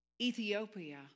Ethiopia